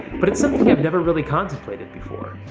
but it's something i've never really contemplated before.